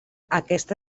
aquesta